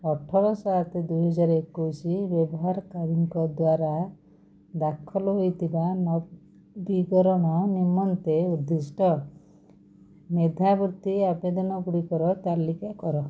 ଅଠର ସାତ ଦୁଇହଜାର ଏକୋଇଶି ବ୍ୟବହାରକାରୀଙ୍କ ଦ୍ଵାରା ଦାଖଲ ହେଇଥିବା ନବୀକରଣ ନିମନ୍ତେ ଉଦ୍ଦିଷ୍ଟ ମେଧାବୃତ୍ତି ଆବେଦନଗୁଡ଼ିକର ତାଲିକା କର